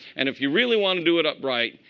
and if you really want to do it up right,